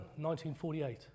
1948